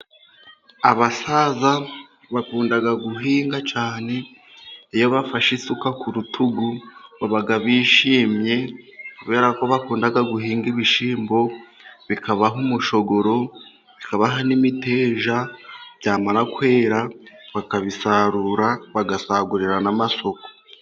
Abasaza bakunda guhinga cyane. Iyo bafashe isuka ku rutugu baba bishimye, kubera ko bakunda guhinga ibishyimbo, bikabaha umushogoro, bikabaha n'imiteja. Byamara kwera bakabisarura bagasagurira n'amasoko.